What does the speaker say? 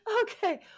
Okay